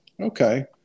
Okay